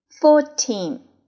fourteen